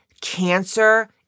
cancer